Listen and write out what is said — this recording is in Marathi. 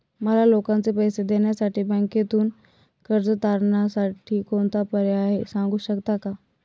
मला लोकांचे पैसे देण्यासाठी बँकेतून कर्ज तारणसाठी कोणता पर्याय आहे? सांगू शकता का?